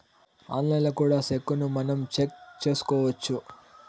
ఆన్లైన్లో కూడా సెక్కును మనం చెక్ చేసుకోవచ్చు